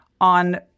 on